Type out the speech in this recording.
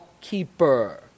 keeper